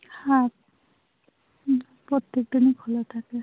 হ্যাঁ হুম প্রত্যেকদিনই খোলা থাকে